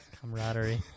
camaraderie